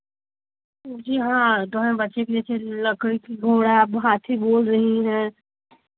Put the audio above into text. जी हाँ थोड़ा बच्चे के लिए जैसे लकड़ी का घोड़ा हाथी बोल रही हैं